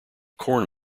corn